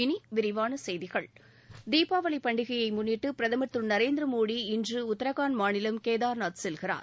இனி விரிவான செய்திகள் தீபாவளி பண்டிகையை முன்னிட்டு பிரதம் திரு நரேந்திர மோடி இன்று உத்திரகாண்ட் மாநிலம் கேதார்நாத் செல்கிறார்